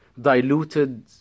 diluted